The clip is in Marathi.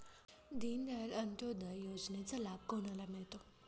दीनदयाल अंत्योदय योजनेचा लाभ कोणाला मिळतो?